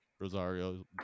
Rosario